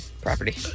Property